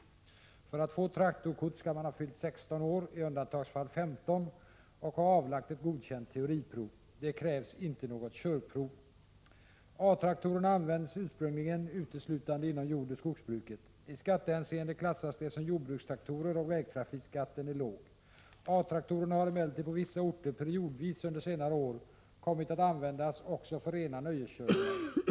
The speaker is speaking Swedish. För att få traktorkort skall man ha fyllt 16 år — i undantagsfall 15 — och ha avlagt ett godkänt teoriprov. Det krävs inte något körprov. A-traktorerna användes ursprungligen uteslutande inom jordoch skogsbruket. I skattehänseende klassas de som jordbrukstraktorer och vägtrafikskatten är låg. A-traktorerna har emellertid på vissa orter periodvis under senare år kommit att användas också för rena nöjeskörningar.